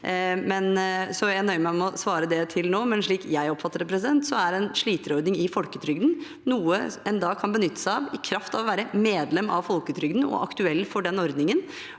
Jeg nøyer meg med å svare det nå. Men slik jeg oppfatter det, er en sliterordning i folketrygden noe en da kan benytte seg av i kraft av å være medlem av folketrygden og aktuell for den ordningen,